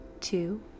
two